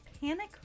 Panic